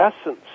essence